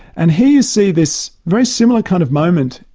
and here you see this very similar kind of moment,